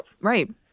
Right